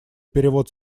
перевод